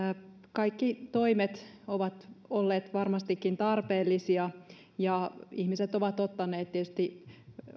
kaikki toimet ovat olleet varmastikin tarpeellisia ja ihmiset ovat ottaneet